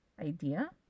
idea